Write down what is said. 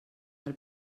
del